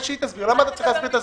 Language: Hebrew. תן לה שתגיד את זה.